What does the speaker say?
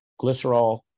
glycerol